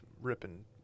ripping